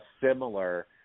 similar